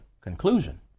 conclusion